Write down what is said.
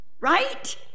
right